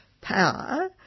power